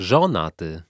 Żonaty